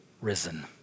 risen